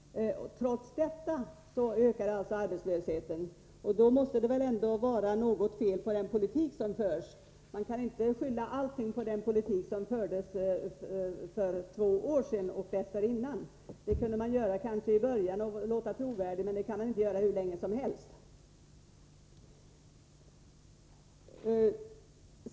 Trots detta ökar arbetslösheten. Då måste det väl ändå vara något fel på den politik som förs. Man kan inte skylla allt på den politik som fördes för två år sedan och dessförinnan. Det kunde man kanske göra i början och låta trovärdig, men det kan man inte göra hur länge som helst.